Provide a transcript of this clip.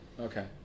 Okay